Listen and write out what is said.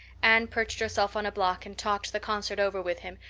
anne perched herself on a block and talked the concert over with him,